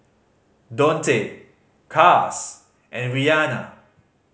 Dontae Cas and Rianna